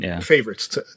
favorites